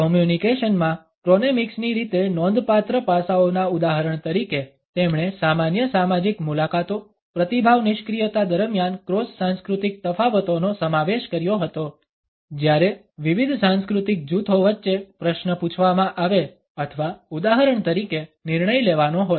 કોમ્યુનિકેશનમાં ક્રોનેમિક્સની રીતે નોંધપાત્ર પાસાઓના ઉદાહરણ તરીકે તેમણે સામાન્ય સામાજિક મુલાકાતો પ્રતિભાવ નિષ્ક્રિયતા દરમિયાન ક્રોસ સાંસ્કૃતિક તફાવતોનો સમાવેશ કર્યો હતો જ્યારે વિવિધ સાંસ્કૃતિક જૂથો વચ્ચે પ્રશ્ન પૂછવામાં આવે અથવા ઉદાહરણ તરીકે નિર્ણય લેવાનો હોય